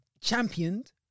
Championed